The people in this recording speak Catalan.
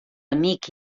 amic